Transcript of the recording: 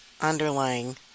underlying